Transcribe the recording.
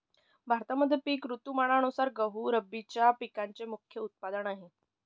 भारतामध्ये पिक ऋतुमानानुसार गहू रब्बीच्या पिकांचे मुख्य उत्पादन आहे